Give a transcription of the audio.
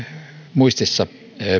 muistissa